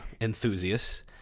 enthusiasts